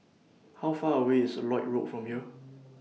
How Far away IS Lloyd Road from here